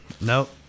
Nope